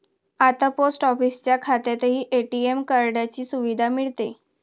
आता पोस्ट ऑफिसच्या खात्यातही ए.टी.एम कार्डाची सुविधा मिळते